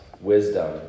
wisdom